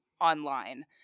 online